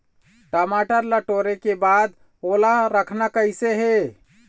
टमाटर ला टोरे के बाद ओला रखना कइसे हे?